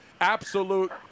absolute